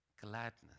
gladness